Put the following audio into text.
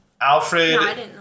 alfred